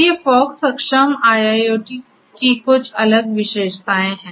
तो ये फॉग सक्षम IIoT की कुछ अलग विशेषताएं हैं